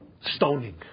stoning